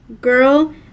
Girl